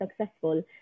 successful